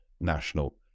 national